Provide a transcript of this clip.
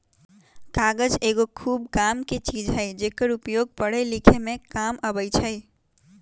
कागज एगो खूब कामके चीज हइ जेकर उपयोग पढ़े लिखे में काम अबइ छइ